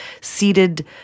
seated